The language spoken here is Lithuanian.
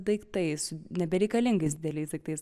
daiktais nebereikalingais dideliais daiktais